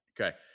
Okay